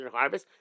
harvest